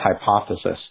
hypothesis